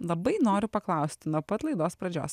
labai noriu paklaust nuo pat laidos pradžios